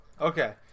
Okay